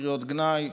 קריאות גנאי.